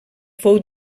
fou